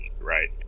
right